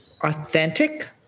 authentic